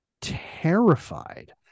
terrified